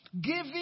giving